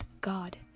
God